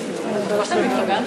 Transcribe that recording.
אומר כמה מילים